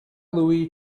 louie